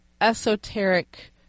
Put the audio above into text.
esoteric